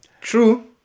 True